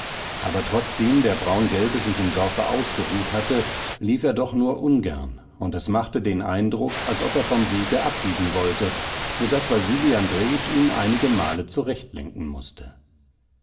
aber trotzdem der braungelbe sich im dorfe ausgeruht hatte lief er doch nur ungern und es machte den eindruck als ob er vom wege abbiegen wollte so daß wasili andrejitsch ihn einige male zurechtlenken mußte